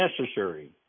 necessary